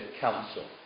Council